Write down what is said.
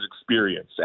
experience